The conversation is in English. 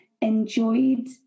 enjoyed